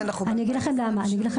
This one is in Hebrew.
אני אגיד לכם למה,